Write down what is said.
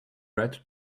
red